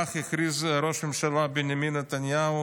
כך הכריז ראש הממשלה בנימין נתניהו